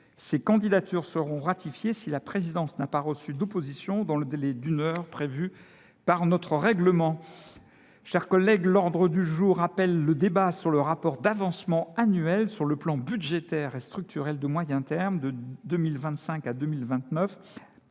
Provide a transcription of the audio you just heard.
Ces candidatures seront ratifiées si la présidence n'a pas reçu d'opposition dans le délai d'une heure prévu par notre règlement. Chers collègues, l'ordre du jour appelle le débat sur le rapport d'avancement annuel sur le plan budgétaire et structurel de moyen terme de 2025 à 2029.